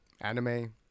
anime